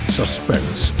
suspense